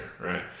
right